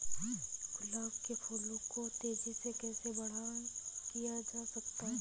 गुलाब के फूलों को तेजी से कैसे बड़ा किया जा सकता है?